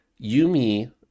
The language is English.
Yumi